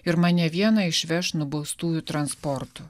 ir mane vieną išveš nubaustųjų transportu